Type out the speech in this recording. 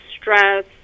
stress